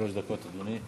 שלוש דקות, אדוני.